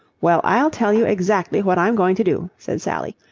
well, i'll tell you exactly what i'm going to do, said sally.